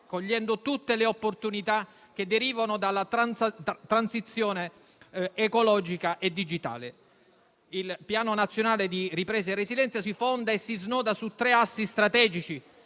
cogliendo tutte le opportunità che derivano dalla transizione ecologica e digitale. Il Piano nazionale di ripresa e resilienza si fonda e si snoda su tre assi strategici